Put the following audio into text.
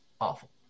Awful